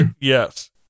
Yes